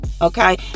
okay